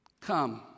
come